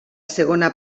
segona